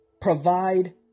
Provide